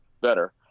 better